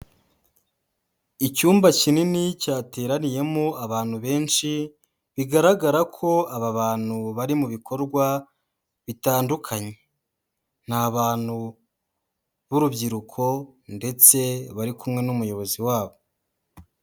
Icyumba kinini cyateraniyemo abantu benshi bigaragara ko aba bantu bari mu bikorwa bitandukanye, ni abantu b'urubyiruko ndetse bari kumwe n'umuyobozi wabo.